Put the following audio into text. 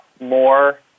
more